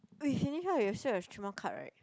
oh you finish up your shirt is three more cut right